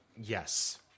Yes